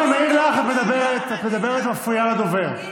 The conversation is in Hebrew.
אני מעיר לך כי את מדברת ומפריעה לדובר.